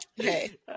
Okay